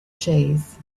cheese